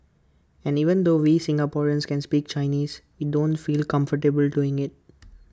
and even though we Singaporeans can speak Chinese we don't feel comfortable doing IT